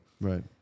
Right